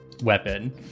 Weapon